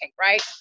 right